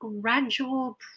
gradual